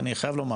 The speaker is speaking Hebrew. אני חייב לומר,